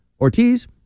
Ortiz